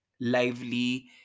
lively